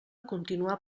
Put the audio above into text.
continuar